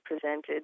presented